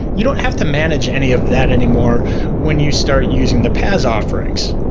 you don't have to manage any of that anymore when you start using the paas offerings.